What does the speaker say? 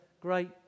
great